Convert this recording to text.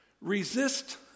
Resist